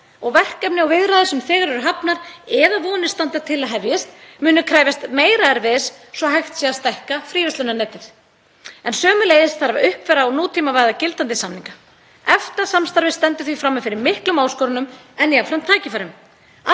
og verkefni og viðræður sem þegar eru hafnar eða vonir standa til að hefjist munu krefjast meira erfiðis svo að hægt sé að stækka fríverslunarnetið. Sömuleiðis þarf að uppfæra og nútímavæða gildandi samninga. EFTA-samstarfið stendur frammi fyrir miklum áskorunum en jafnframt tækifærum.